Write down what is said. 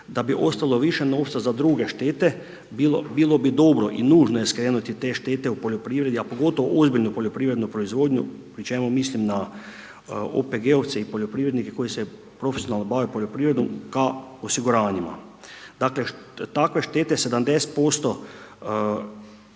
da bi ostalo više novca za druge štete, bilo bi dobro i nužno je skrenuti te štete u poljoprivredi a pogotovo ozbiljnu poljoprivrednu proizvodnju pri čemu mislim na OPG-ovce i poljoprivrednike koji se profesionalne bave poljoprivredom ka osiguranjima. Dakle takve štete, 70%